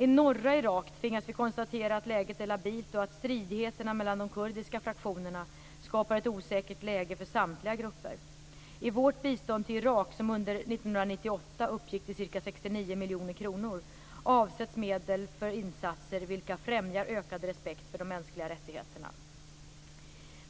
I norra Irak tvingas vi konstatera att läget är labilt och att stridigheterna mellan de kurdiska fraktionerna skapar ett osäkert läge för samtliga grupper. I vårt bistånd till Irak, som under 1998 uppgick till ca